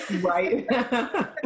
Right